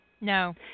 No